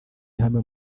ihame